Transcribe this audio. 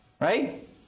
right